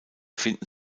finden